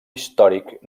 històric